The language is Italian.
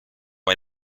mai